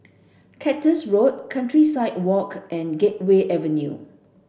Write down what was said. Cactus Road Countryside Walk and Gateway Avenue